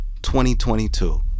2022